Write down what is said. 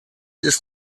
ist